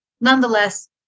Nonetheless